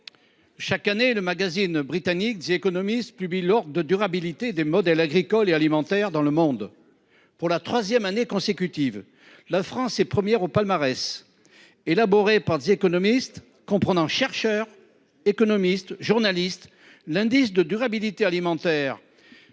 chaque année, le magazine britannique publie l’ordre de durabilité des modèles agricoles et alimentaires dans le monde. Pour la troisième année consécutive, la France est première au palmarès. Élaboré par, comprenant chercheurs, économistes et journalistes, l’indice de durabilité alimentaire